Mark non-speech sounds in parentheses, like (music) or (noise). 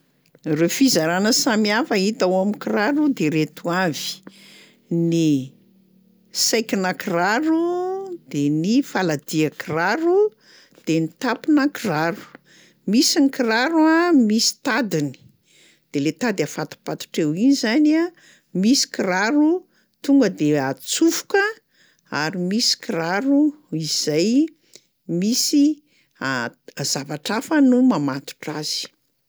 Reo fizarana samihafa hita ao amin'ny kiraro de reto avy: ny saikinà kiraro, de ny faladia kiraro de ny tamponà kiraro; a misy ny kiraro a misy tadiny, de le tady afatopatotra eo iny zany a, misy kiraro tonga de atsofoka ary misy kiraro izay misy (hesitation) zavatra hafa no mamatotra azy.